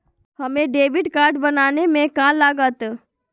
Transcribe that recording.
हमें debit card बनाने में का लागत?